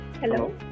Hello